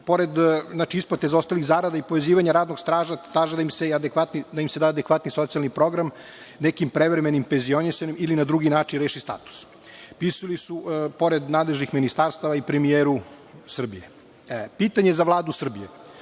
Pored isplate zaostalih zarada i povezivanja radnog staža, traže da im se da adekvatni socijalni program nekim prevremenim penzionisanjem ili na neki drugi način reši status. Pisali su pored nadležnih ministarstava i premijeru Srbije. Pitanje za Vladu Srbije